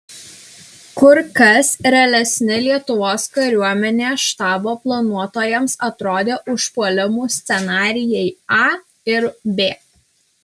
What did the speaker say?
kur kas realesni lietuvos kariuomenės štabo planuotojams atrodė užpuolimų scenarijai a ir b